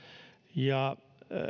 ja